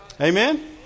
Amen